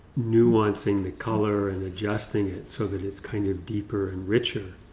nuancing the color and adjusting it so that it's kind of deeper and richer.